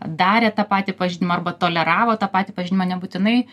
darė tą patį pažeidimą arba toleravo tą patį pažeidimą nebūtinai